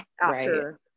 after-